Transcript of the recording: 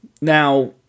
Now